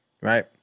right